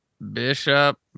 bishop